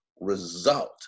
result